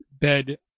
bed